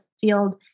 Field